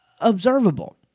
observable